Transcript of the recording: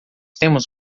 temos